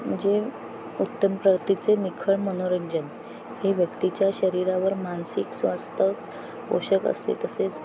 जे उत्तम प्रतीचे निखळ मनोरंजन हे व्यक्तीच्या शरीरावर मानसिक स्वास्थ्य पोषक असते तसेच